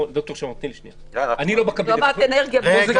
אותה מידה של רמת אנרגיה.